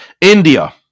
India